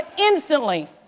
instantly